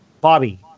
Bobby